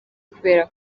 kubera